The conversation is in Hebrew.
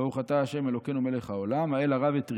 "ברוך אתה ה' אלהינו מלך העולם, האל הרב את ריבנו,